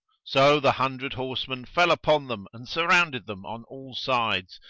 so the hundred horsemen fell upon them and surrounded them on all sides,